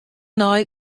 nei